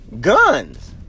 Guns